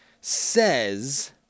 says